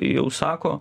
jau sako